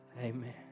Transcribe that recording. Amen